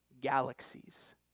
galaxies